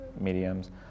mediums